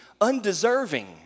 undeserving